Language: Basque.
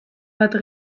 bat